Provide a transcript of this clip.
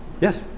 yes